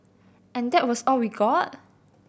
and that was all we got